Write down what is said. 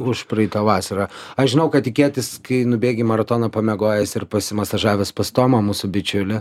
užpraeitą vasarą aš žinau kad tikėtis kai nubėgi maratoną pamiegojęs ir pasimasažavęs pas tomą mūsų bičiulį